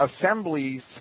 assemblies